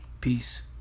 peace